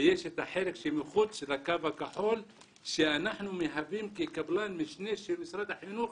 ויש את החלק שמחוץ לקו הכחול שאנחנו מהווים כקבלן משנה של משרד החינוך